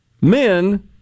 men